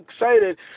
excited